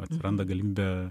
atsiranda galimybė